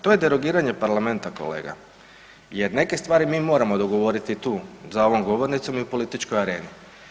To je derogiranje Parlamenta kolega jer neke stvari mi moramo dogovoriti tu za ovom govornicom i u političkoj areni.